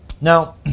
Now